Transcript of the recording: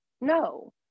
no